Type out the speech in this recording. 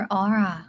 aura